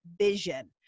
vision